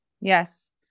Yes